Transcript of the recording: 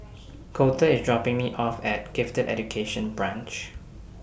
Colter IS dropping Me off At Gifted Education Branch